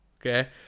okay